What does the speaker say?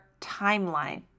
timeline